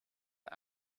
dat